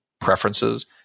preferences